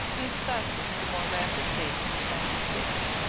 who espouses the more rapid gait of ninety six.